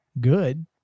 good